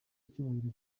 icyubahiro